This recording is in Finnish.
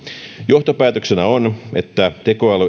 johtopäätöksenä on että tekoäly ei ole